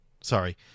Sorry